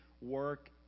work